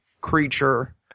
creature